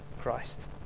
Christ